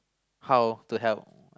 how to help